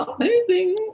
amazing